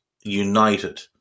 United